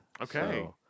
Okay